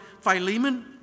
Philemon